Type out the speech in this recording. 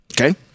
Okay